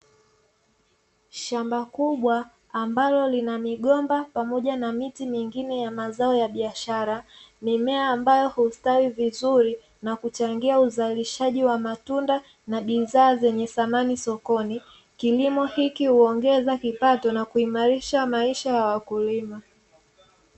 Shamba kubwa ambalo lina migomba pamoja na miti mingine ya mazao ya biashara, mimea ambayo hustawi vizuri na kuchangia uzalishaji wa matunda na bidhaa zenye thamani sokoni. Kilimo hiki huongeza kipato na kuimarisha maisha ya wakulima.